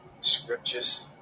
scriptures